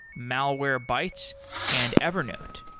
malwarebytes and evernote.